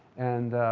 and